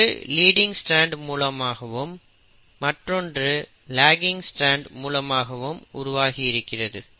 ஒன்று leading strand மூலமாகவும் மற்றொன்று லகிங் ஸ்ட்ரான்ட் மூலமாகவும் உருவாகி இருக்கிறது